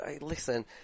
listen